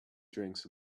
drinks